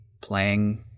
playing